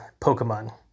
Pokemon